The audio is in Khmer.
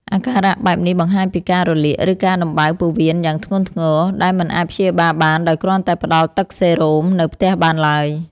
អាការៈបែបនេះបង្ហាញពីការរលាក ឬការដំបៅពោះវៀនយ៉ាងធ្ងន់ធ្ងរ ដែលមិនអាចព្យាបាលបានដោយគ្រាន់តែផ្តល់ទឹកសេរ៉ូម នៅផ្ទះបានឡើយ។